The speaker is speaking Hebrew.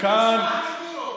מכונות הנשמה העבירו.